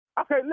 Okay